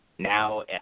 Now